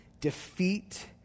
defeat